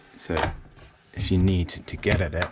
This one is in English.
so if you need to get it out,